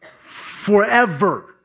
forever